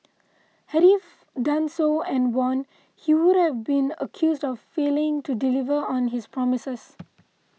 had he done so and won he wouldn't been accused of failing to deliver on his promises